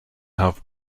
have